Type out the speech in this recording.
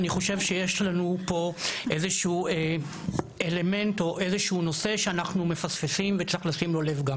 אני חושב שיש לנו פה איזשהו נושא שאנחנו מפספסים וצריך גם לשים אליו לב.